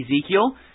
Ezekiel